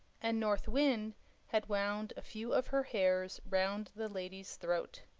and north wind had wound a few of her hairs round the lady's throat.